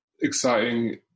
exciting